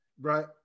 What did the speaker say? Right